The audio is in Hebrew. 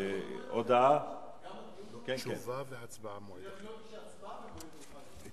אני הבנתי שההצבעה במועד מאוחר יותר.